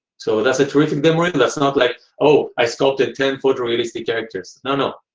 so, that's a terrific memory. that's not like oh, i sculpted ten foot realistic characters. no, no.